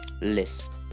Lisp